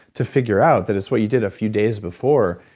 to figure out that it's what you did a few days before.